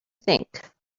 think